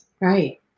Right